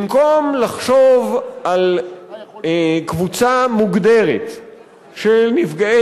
במקום לחשוב על קבוצה מוגדרת של נפגעי